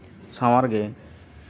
ᱥᱟᱶᱟᱨ ᱜᱮ